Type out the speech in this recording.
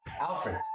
Alfred